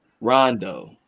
Rondo